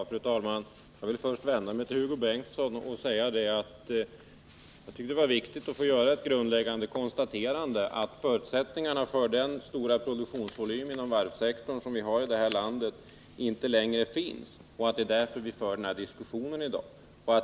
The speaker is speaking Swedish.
Fru talman! Jag vill först vända mig till Hugo Bengtsson och säga att jag tyckte det var viktigt att göra ett grundläggande konstaterande att förutsättningarna för den stora produktionsvolym inom varvssektorn som vi har i detta land inte längre finns. Det är därför vi har denna diskussion i dag.